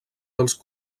dels